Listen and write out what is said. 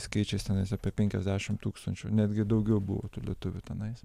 skaičiais tenais apie penkiasdešim tūkstančių netgi daugiau buvo tų lietuvių tenais